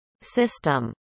system